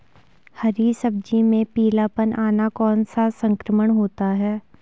हरी सब्जी में पीलापन आना कौन सा संक्रमण होता है?